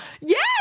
yes